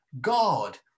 God